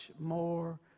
more